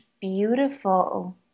beautiful